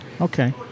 Okay